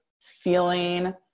feeling